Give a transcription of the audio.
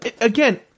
again